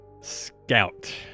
scout